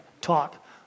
talk